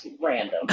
random